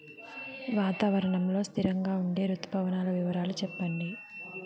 వాతావరణం లో స్థిరంగా ఉండే రుతు పవనాల వివరాలు చెప్పండి?